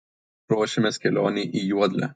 ruošiamės kelionei į juodlę